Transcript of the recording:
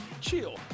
CHILL